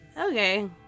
okay